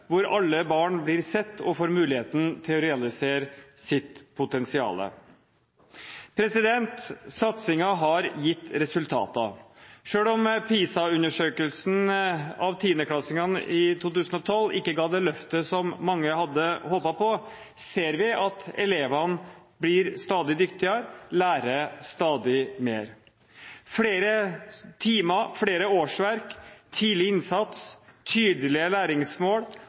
hvor alle barn blir sett og får muligheten til å realisere sitt potensial. Satsingen har gitt resultater. Selv om PISA-undersøkelsen av 10.-klassingene i 2012 ikke ga det løftet som mange hadde håpet på, ser vi at elevene blir stadig dyktigere og lærer stadig mer. Flere timer, flere årsverk, tidlig innsats, tydelige læringsmål